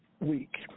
week